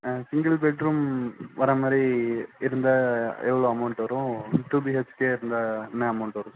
single bedroom வரமாதிரி இருந்தால் எவ்வளோ அமௌன்ட் வரும் டூ பிஹச்கே இருந்தால் என்ன அமௌன்ட் வரும் சார்